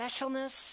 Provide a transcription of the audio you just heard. specialness